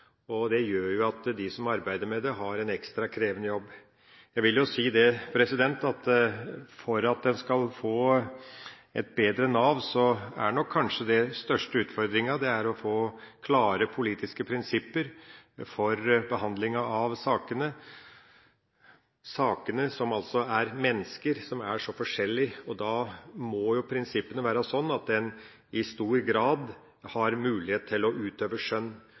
og det gjør jo at de som arbeider med det, har en ekstra krevende jobb. Jeg vil si at for at en skal få et bedre Nav, er nok den største utfordringen å få klare politiske prinsipper for behandlinga av sakene – sakene, som altså er mennesker, som er så forskjellige – og da må prinsippene være sånn at en i stor grad har mulighet til å utøve skjønn.